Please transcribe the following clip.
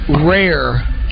rare